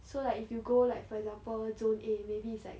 so like if you go like for example zone A maybe it's like